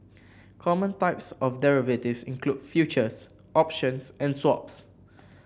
common types of derivative include futures options and swaps